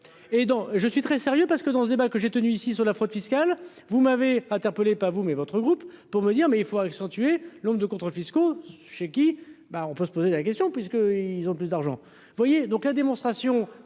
je suis très sérieux parce que dans ce débat que j'ai tenus ici sur la fraude fiscale, vous m'avez interpellé, pas vous mais votre groupe pour me dire mais il faut accentuer l'homme de contrôles fiscaux, chez qui, ben on peut se poser la question puisque ils ont plus d'argent,